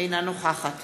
אינה נוכחת